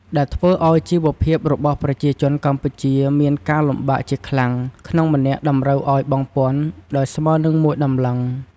ដែលធ្វើឱ្យជីវភាពរបស់ប្រជាជនកម្ពុជាមានការលំបាកជាខ្លាំង ក្នុងម្នាក់តម្រូវឱ្យបង់ពន្ធ ដោយស្មើនិង ១តម្លឹង។